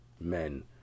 men